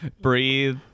breathe